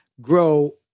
grow